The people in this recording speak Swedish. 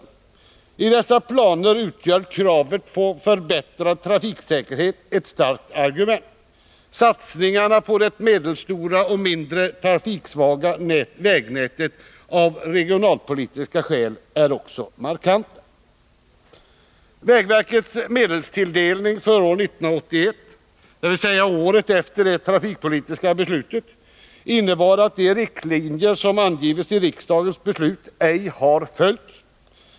I dessa planer utgör kravet på förbättrad trafiksäkerhet ett starkt argument. Satsningarna på det medelstora och mindre trafikstarka vägnätet av regionalpolitiska skäl är också markanta. Vägverkets medelstilldelning för år 1981, dvs. året efter det trafikpolitiska beslutet, innebar att de riktlinjer som angivits i riksdagens beslut ej har följts.